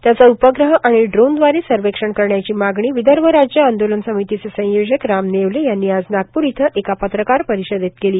त्याचा उपग्रह आणि ड्रोनदवारे सर्वेक्षण करण्याची मागणी विदर्भ राज्य आंदोलन समितीचे संयोजक राम नेवले यांनी आज नागपूर इथं एका पत्रकार परिषदेत केली